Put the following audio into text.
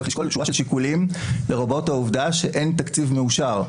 צריך לשקול שורה של שיקולים לרבות העובדה שאין תקציב מאושר.